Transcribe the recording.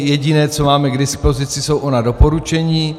Jediné, co máme k dispozici, jsou ona doporučení.